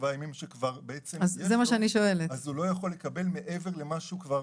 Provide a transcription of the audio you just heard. לימים שיש לו, הוא לא יכול לקבל מעבר לכך.